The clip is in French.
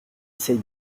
essaye